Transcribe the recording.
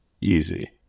easy